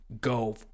go